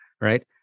right